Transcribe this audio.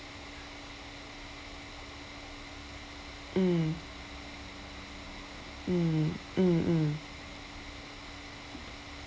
mm mm mm mm